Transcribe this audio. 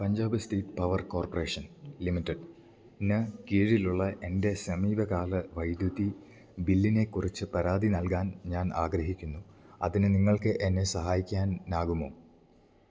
Punjab state power corporation ലിമിറ്റഡിനു കീഴിലുള്ള എന്റെ സമീപകാല വൈദ്യുതി ബില്ലിനെക്കുറിച്ചു പരാതി നൽകാൻ ഞാൻ ആഗ്രഹിക്കുന്നു അതിനു നിങ്ങൾക്ക് എന്നെ സഹായിക്കാനാകുമോ